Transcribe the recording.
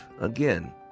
again